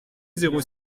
zéro